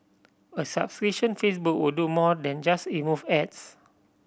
a subscription Facebook would do more than just remove ads